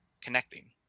connecting